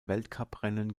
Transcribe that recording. weltcuprennen